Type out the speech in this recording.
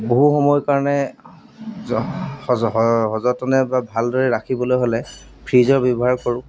বহু সময়ৰ কাৰণে স সযতনে বা ভালদৰে ৰাখিবলৈ হ'লে ফ্ৰিজৰ ব্যৱহাৰ কৰোঁ